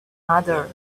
another